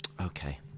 Okay